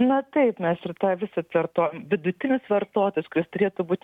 na taip mes ir tą visad kartojam vidutinis vartotojas kuris turėtų būt